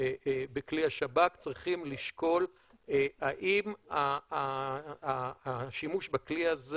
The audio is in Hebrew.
בכלי השב"כ צריכים לשקול האם השימוש בכלי הזה